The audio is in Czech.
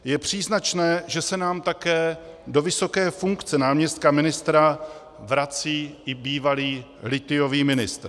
Je příznačné, že se nám také do vysoké funkce náměstka ministra vrací i bývalý lithiový ministr.